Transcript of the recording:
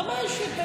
ברמה האישית,